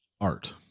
art